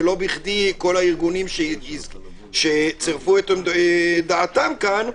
ולא בכדי כל הארגונים שצירפו את דעתם כאן,